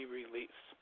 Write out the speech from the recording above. release